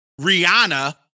Rihanna